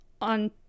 on